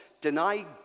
deny